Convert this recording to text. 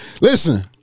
Listen